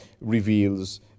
reveals